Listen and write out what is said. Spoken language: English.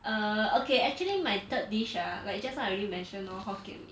err okay actually my third dish ah like just now I already mention lor hokkien mee